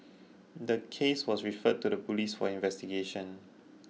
the case was referred to the police for investigation